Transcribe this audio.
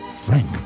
Frank